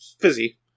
fizzy